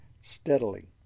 steadily